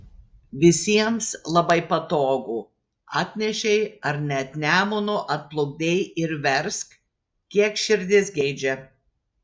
visiems labai patogu atnešei ar net nemunu atplukdei ir versk kiek širdis geidžia